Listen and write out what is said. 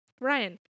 Ryan